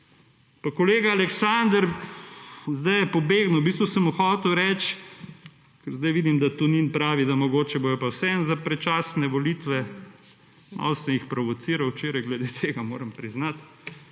Pa kolega Aleksander, zdaj je pobegnil, v bistvu sem mu hotel reči, ker zdaj vidim, da Tonin pravi, da mogoče bodo pa vseeno za predčasne volitve, malo sem jih provociral včeraj glede tega, moram priznati,